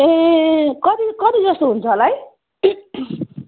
ए कति कति जस्तो हुन्छ होला है